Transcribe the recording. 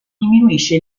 diminuisce